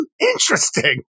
Interesting